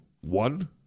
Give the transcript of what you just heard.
one